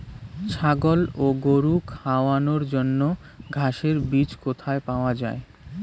ছাগল ও গরু খাওয়ানোর জন্য ঘাসের বীজ কোথায় পাওয়া যায়?